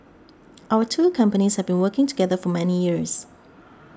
our two companies have been working together for many years